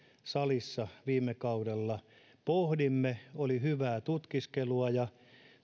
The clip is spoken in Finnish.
salissa viime kaudella pohdimme oli hyvää tutkiskelua ja